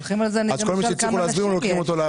אז כל מי שהצליחו להסביר לו לוקחים אותו.